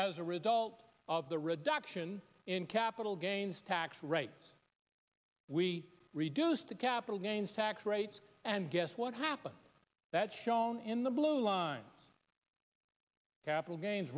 as a result of the reduction in capital gains tax rate we reduced the capital gains tax rates and guess what happened that shown in the blue line capital gains